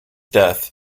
death